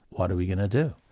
what are we going to do?